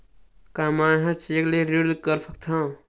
का मैं ह चेक ले ऋण कर सकथव?